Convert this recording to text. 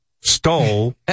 stole